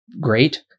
great